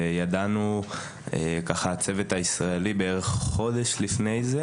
וידענו הצוות הישראלי בערך חודש לפני זה